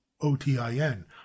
O-T-I-N